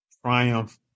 Triumph